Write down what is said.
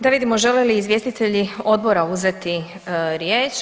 Da vidimo žele li izvjestitelji odbora uzeti riječ?